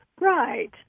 Right